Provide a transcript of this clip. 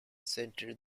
centre